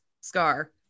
scar